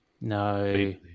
No